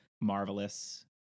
Marvelous